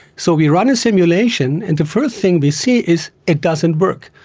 so we run a simulation and the first thing we see is it doesn't work.